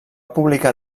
publicar